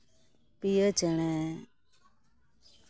ᱯᱤᱭᱳ ᱪᱮᱬᱮ